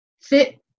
fit